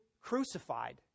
crucified